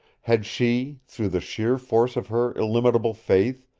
had she, through the sheer force of her illimitable faith,